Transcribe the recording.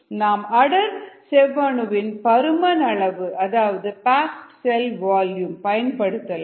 நாம் அடர் செவ்வணுவின் பருமனளவு அதாவது பேக்டு செல் வால்யூம் பயன்படுத்தலாம்